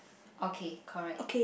okay correct